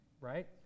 right